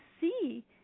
see